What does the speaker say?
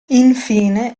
infine